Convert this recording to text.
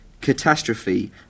Catastrophe